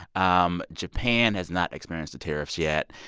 um japan has not experienced the tariffs yet.